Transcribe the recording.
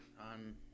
on